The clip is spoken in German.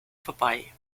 vorbei